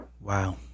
Wow